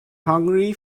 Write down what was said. hungry